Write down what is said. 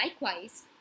Likewise